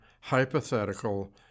hypothetical